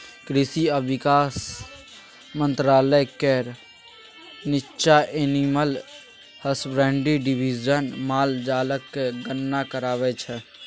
कृषि आ किसान बिकास मंत्रालय केर नीच्चाँ एनिमल हसबेंड्री डिबीजन माल जालक गणना कराबै छै